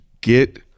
get